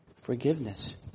forgiveness